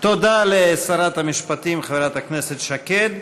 תודה לשרת המשפטים חברת הכנסת שקד.